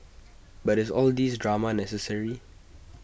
but is all these drama necessary